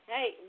Hey